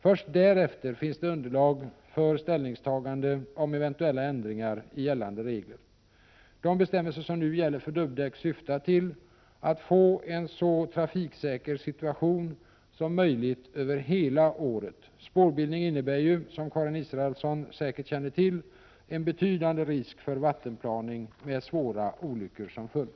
Först därefter finns det underlag för ställningstagande till eventuella ändringar i gällande regler. De bestämmelser som nu gäller för dubbdäck syftar till att få en så trafiksäker situation som möjligt över hela året. Spårbildning innebär ju, som Karin Israelsson säkert känner till, en betydande risk för vattenplaning med svåra olyckor som följd.